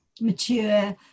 mature